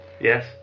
Yes